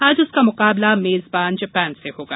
आज उसका मुकाबला मेजबान जापान से होगा